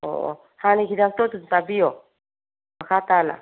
ꯑꯣ ꯑꯣ ꯍꯥꯟꯅꯒꯤ ꯍꯤꯗꯥꯛꯇꯣ ꯑꯗꯨꯝ ꯆꯥꯕꯤꯌꯣ ꯃꯈꯥ ꯇꯥꯅ